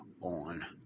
on